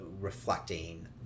reflecting